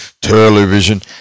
television